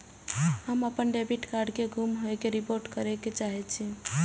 हम अपन debit card के गुम होय के रिपोर्ट करे के चाहि छी